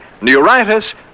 Neuritis